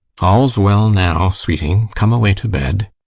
all's well now, sweeting come away to bed.